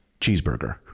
Cheeseburger